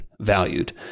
valued